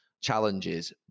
challenges